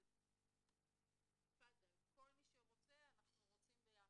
אבל תפאדל, כל מי שרוצה אנחנו רוצים ביחד.